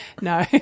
No